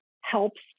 helps